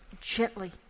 gently